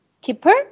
Keeper